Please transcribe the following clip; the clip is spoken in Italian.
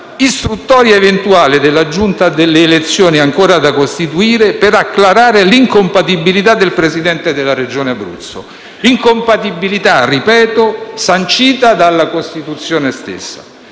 istruttoria eventuale della Giunta delle elezioni ancora da costituire per acclarare l'incompatibilità del Presidente della Regione Abruzzo, incompatibilità ‑ ripeto ‑ sancita dalla Costituzione stessa.